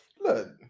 Look